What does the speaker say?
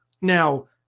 now